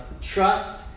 trust